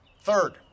Third